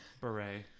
Beret